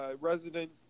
resident